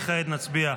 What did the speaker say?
התקבלו.